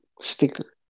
Sticker